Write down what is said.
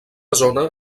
zona